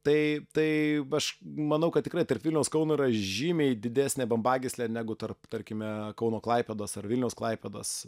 tai tai aš manau kad tikrai tarp vilniaus kauno yra žymiai didesnė bambagyslė negu tarp tarkime kauno klaipėdos ar vilniaus klaipėdos